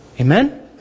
amen